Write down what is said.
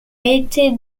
été